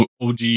OG